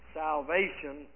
salvation